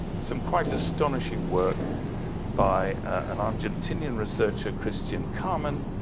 some quite astonishing work by an argentinian researcher, christian carmen,